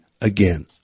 again